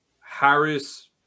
Harris